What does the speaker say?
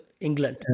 England